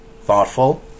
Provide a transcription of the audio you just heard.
thoughtful